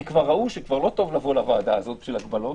כי כבר ראו שלא טוב לבוא לוועדה הזאת בשביל הגבלות,